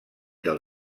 del